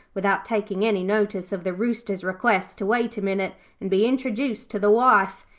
without taking any notice of the rooster's request to wait a minute and be introduced to the wife.